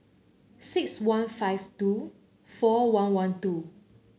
six one five two four one one two